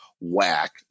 whack